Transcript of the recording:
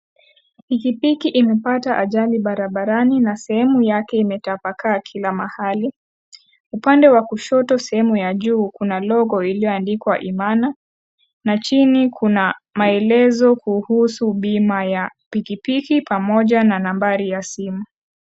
Piki piki imepata ajali barabarani na sehemu yake imetapakaa kila mahali. Upande wa kushoto sehemu ya juu kuna logo iliyoandikwa Imana na chini kuna maelezo kuhusu bima ya pikipiki pamoja na nambari ya simu.